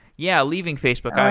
yeah, leaving facebook.